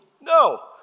No